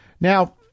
Now